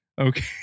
Okay